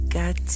got